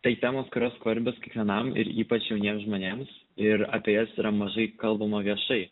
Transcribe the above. tai temos yra svarbios kiekvienam ir ypač jauniems žmonėms ir apie jas yra mažai kalbama viešai